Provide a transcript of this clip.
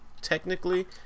technically